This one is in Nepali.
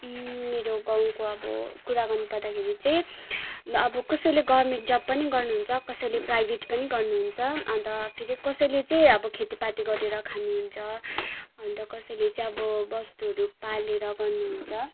मेरो गाउँको अब कुरा गर्नुपर्दाखेरि चाहिँ अब कसैले गभर्मेन्ट जब पनि गर्नुहुन्छ कसैले प्राइभेट पनि गर्नुहुन्छ अन्त फेरि कसैले चाहिँ खेतीपाती गरेर खानु हुन्छ अन्त कसैले चाहिँ अब बस्तुहरू पालेर गर्नुहुन्छ